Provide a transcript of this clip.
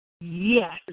Yes